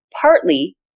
partly